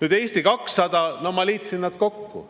Nüüd, Eesti 200. No ma liitsin nad kokku.